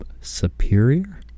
superior